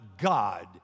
God